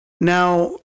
Now